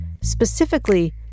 specifically